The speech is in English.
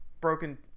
broken